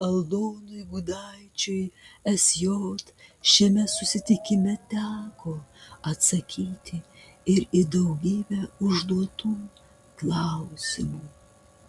aldonui gudaičiui sj šiame susitikime teko atsakyti ir į daugybę užduotų klausimų